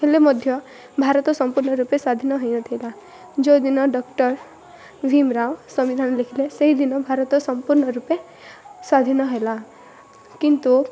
ହେଲେ ମଧ୍ୟ ଭାରତ ସମ୍ପୂର୍ଣ୍ଣରୂପେ ସ୍ୱାଧୀନ ହେଇନଥିଲା ଯେଉଁଦିନ ଡକ୍ଟର ଭୀମ ରାଓ ସମ୍ବିଧାନ ଲେଖିଲେ ସେହିଦିନ ଭାରତ ସମ୍ପୂର୍ଣ୍ଣରୂପେ ସ୍ୱାଧୀନ ହେଲା କିନ୍ତୁ